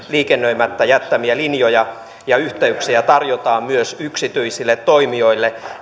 liikennöimättä jättämiä linjoja ja yhteyksiä tarjotaan myös yksityisille toimijoille